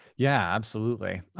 yeah, absolutely.